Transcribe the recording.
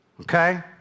Okay